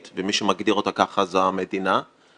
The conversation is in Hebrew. היא מנהרה לא